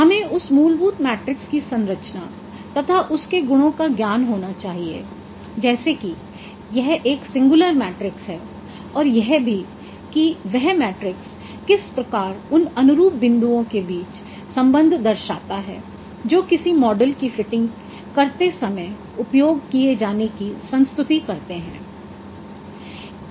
हमें उस मूलभूत मैट्रिक्स की संरचना तथा उसके गुणों का ज्ञान होना चाहिए जैसे कि यह एक सिंगुलर मैट्रिक्स है और यह भी कि वह मैट्रिक्स किस प्रकार उन अनुरूप बिंदुओं के बीच संबंध दर्शाता है जो किसी मॉडल की फिटिंग करते समय उपयोग किए जाने की संस्तुति करते हैं